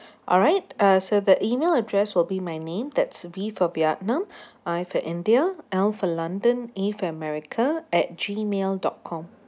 alright uh so the email address will be my name that's V for vietnam I for india L for london A for america at gmail dot com